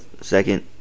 second